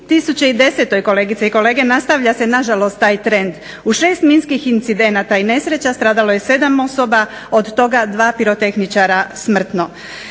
2010. kolegice i kolege nastavlja se na žalost taj trend. U šest minskih incidenata i nesreća stradalo je 7 osoba od toga dva pirotehničara smrtno.